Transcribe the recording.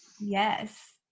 yes